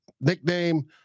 nickname